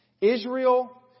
Israel